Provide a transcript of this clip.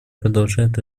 продолжают